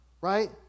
right